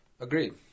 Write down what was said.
Agreed